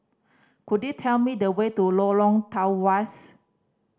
could you tell me the way to Lorong Tawas